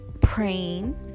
praying